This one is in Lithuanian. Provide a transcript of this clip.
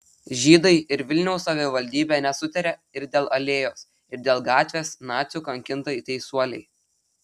žydai ir vilniaus savivaldybė nesutaria ir dėl alėjos ir dėl gatvės nacių kankintai teisuolei